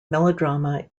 melodrama